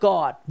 God